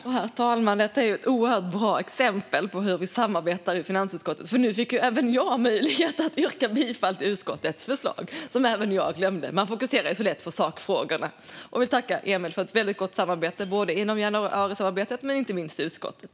Herr talman! Detta är ett oerhört bra exempel på hur vi samarbetar i finansutskottet, för nu fick ju även jag möjlighet att yrka bifall till utskottets förslag som även jag glömde att göra. Man fokuserar ju så lätt på sakfrågorna. Jag vill tacka Emil för ett väldigt gott samarbete inom januarisamarbetet och inte minst i utskottet.